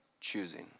choosing